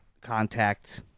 contact